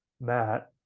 Matt